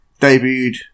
debuted